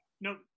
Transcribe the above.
no